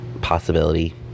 possibility